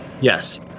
Yes